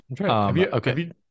Okay